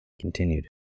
continued